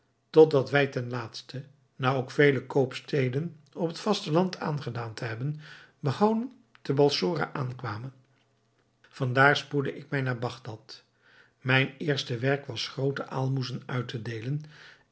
totdat wij ten laatste na ook vele koopsteden op het vasteland aangedaan te hebben behouden te balsora aankwamen van daar spoedde ik mij naar bagdad mijn eerste werk was groote aalmoezen uit te deelen